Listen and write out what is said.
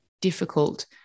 difficult